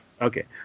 Okay